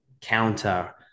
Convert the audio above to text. counter